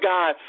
God